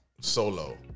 solo